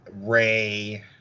Ray